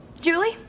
Julie